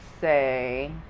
say